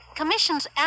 commission's